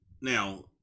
Now